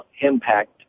impact